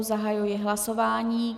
Zahajuji hlasování.